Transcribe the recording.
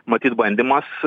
matyt bandymas